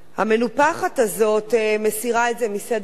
והמנופחת הזאת מסירה את זה מסדר-היום.